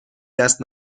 دست